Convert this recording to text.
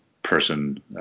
person